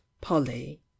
polly